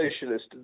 socialist